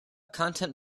content